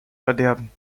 verderben